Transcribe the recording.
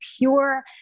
pure